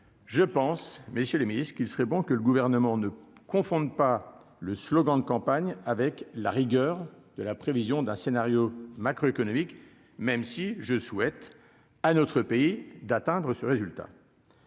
je pense, messieurs les ministres qu'il serait bon que le gouvernement ne confondent pas le slogan de campagne avec la rigueur de la prévision d'un scénario macroéconomique, même si je souhaite à notre pays d'atteindre ce résultat,